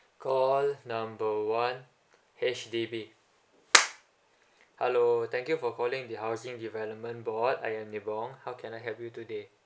call number one H_D_B hello thank you for calling the housing development board I am ni bong how can I help you today